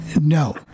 No